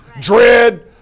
dread